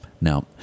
now